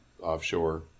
offshore